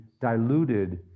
diluted